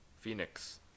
Phoenix